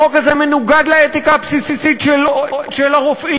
החוק הזה מנוגד לאתיקה הבסיסית של הרופאים.